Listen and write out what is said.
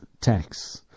tax